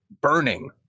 burning